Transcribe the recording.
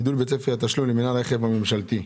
יש גידול בצפי התשלום למינהל הרכב הממשלתי.